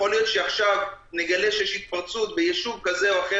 יכול להיות שעכשיו נגלה שיש התפרצות ביישוב כזה או אחר